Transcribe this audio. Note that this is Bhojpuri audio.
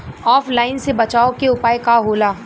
ऑफलाइनसे बचाव के उपाय का होला?